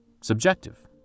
subjective